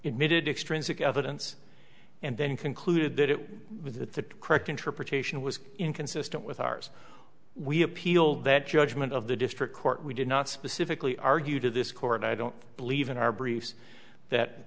extrinsic evidence and then concluded that it was a correct interpretation was inconsistent with ours we appealed that judgment of the district court we did not specifically argue to this court i don't believe in our briefs that